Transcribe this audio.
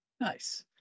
Nice